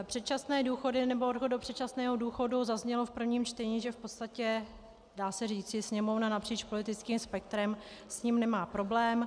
Předčasné důchody nebo odchod do předčasného důchodu zaznělo v prvním čtení, že v podstatě, dá se říci, Sněmovna napříč politickým spektrem s tím nemá problém.